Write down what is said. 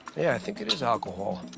yeah, i think it is alcohol.